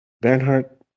Bernhardt